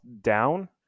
down